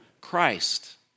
Christ